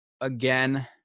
again